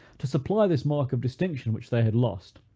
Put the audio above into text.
to supply this mark of distinction, which they had lost,